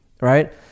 right